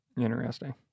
Interesting